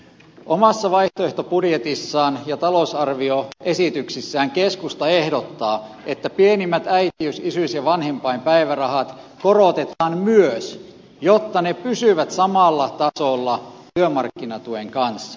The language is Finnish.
omassa vaihtoehtobudjetissaan ja talousarvioesityksissään keskusta ehdottaa että pienimmät äitiys isyys ja vanhempainpäivärahat korotetaan myös jotta ne pysyvät samalla tasolla työmarkkinatuen kanssa